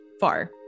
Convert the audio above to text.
far